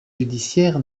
judiciaire